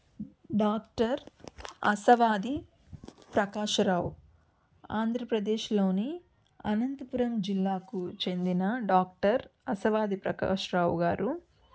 doctor Asavadi Prakash Rao ఆంధ్రప్రదేశ్లోని అనంతపురం జిల్లాకు చెందిన డాక్టర్ అసవాది ప్రకాష్ రావు గారు